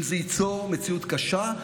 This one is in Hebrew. אם זה ייצור מציאות קשה,